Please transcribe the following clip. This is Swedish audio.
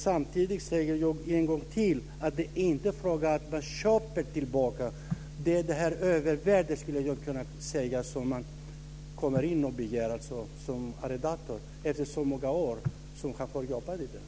Samtidigt säger jag en gång till att det inte är fråga om att man köper tillbaka, utan det handlar om det övervärde som begärs.